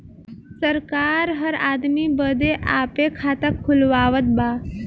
सरकार हर आदमी बदे आपे खाता खुलवावत बा